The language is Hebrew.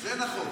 זה נכון.